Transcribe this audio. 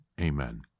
Amen